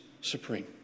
supreme